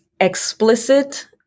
explicit